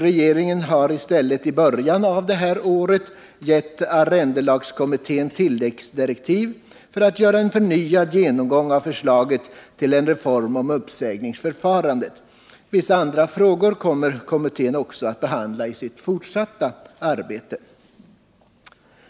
Regeringen har i stället i början av det här året gett arrendelagskommittén tilläggsdirektiv om att göra en förnyad genomgång av förslaget till en reform av uppsägningsförfarandet. Vissa andra frågor kommer kommittén också att behandla i sitt fortsatta arbete.